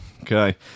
Okay